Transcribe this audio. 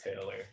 taylor